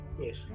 yes